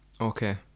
Okay